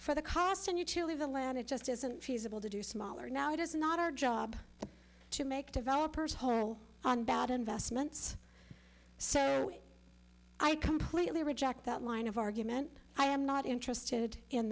for the cost and you chile the land it just isn't feasible to do smaller now it is not our job to make developers on bad investments so i completely reject that line of argument i am not interested in